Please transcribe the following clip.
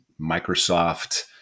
Microsoft